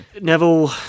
Neville